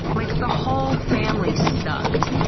like the whole family sucked.